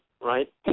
right